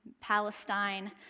Palestine